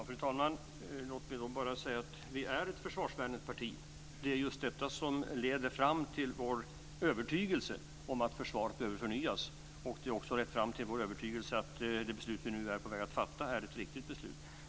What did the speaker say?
Fru talman! Jag vill bara säga att vi är ett försvarsvänligt parti. Det är just detta som lett fram till vår övertygelse att försvaret behöver förnyas. Det har också lett fram till vår övertygelse att det beslut vi nu är på väg att fatta är ett riktigt beslut.